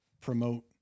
promote